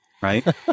Right